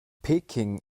peking